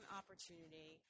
opportunity